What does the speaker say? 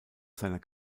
seiner